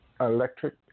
electric